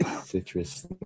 Citrus